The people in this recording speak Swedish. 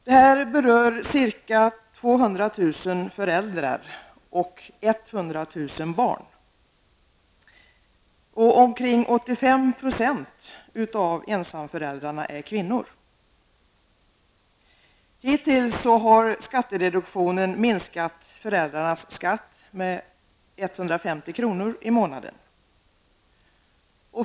Det berör ca 200 000 föräldrar och 100 000 barn. Omkring 85 % av ensamföräldrarna är kvinnor. Hittills har skattereduktionen minskat föräldrarnas skatt med 150 kr. i månaden.